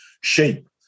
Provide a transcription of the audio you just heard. shape